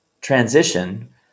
transition